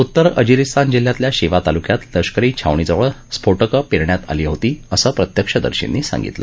उत्तर अजिरिस्तान जिल्ह्यातल्या शेवा तालुक्यात लष्करी छावणीजवळ स्फोटकं पेरण्यात आली होती असं प्रत्यक्षदर्शींनी सांगितलं